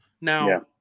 Now